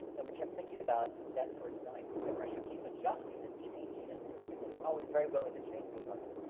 and we kept thinking about that first night. and of course, you keep adjusting and changing, and we've been always very willing to change things on this.